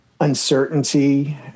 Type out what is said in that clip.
Uncertainty